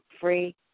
Free